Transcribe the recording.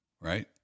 right